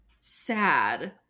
sad